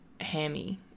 hammy